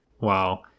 Wow